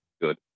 good